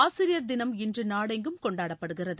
ஆசிரியர் தினம் இன்று நாடெங்கும் கொண்டாடப்படுகிறது